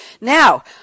Now